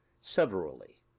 Severally